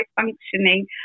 functioning